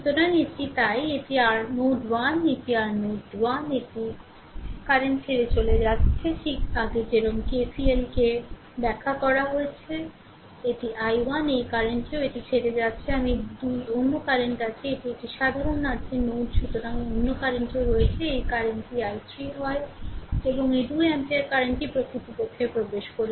সুতরাং এটি তাই এটি r নোড 1 এটি r নোড 1 একটি কারেন্ট ছেড়ে চলেছে ঠিক আগে যেমন KCL কে ব্যাখ্যা করা হয়েছে এটি i1 এই কারেন্ট টিও এটি ছেড়ে যাচ্ছে আমি 2 অন্য কারেন্ট আছে এটি একটি সাধারণ আছে নোড সুতরাং অন্য কারেন্টটিও রয়েছে এই কারেন্ট টি i3 হয় এবং এই 2 এম্পিয়ার কারেন্টটি প্রকৃতপক্ষে প্রবেশ করছে